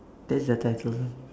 that's the title lah